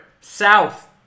South